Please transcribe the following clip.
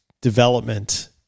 development